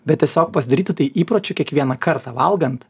bet tiesiog pasidaryti tai įpročiu kiekvieną kartą valgant